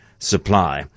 Supply